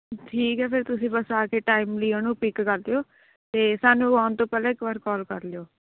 ਠੀਕ ਹੈ ਫਿਰ ਤੁਸੀਂ ਬਸ ਆ ਕੇ ਟਾਈਮਲੀ ਉਹਨੂੰ ਪਿੱਕ ਕਰ ਲਿਓ ਅਤੇ ਸਾਨੂੰ ਆਉਣ ਤੋਂ ਪਹਿਲਾਂ ਇੱਕ ਵਾਰ ਕੋਲ ਕਰ ਲਿਓ